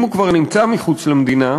אם הוא כבר נמצא מחוץ למדינה,